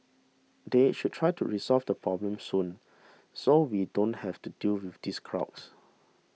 they should try to resolve the problem soon so we don't have to deal with these crowds